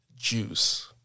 juice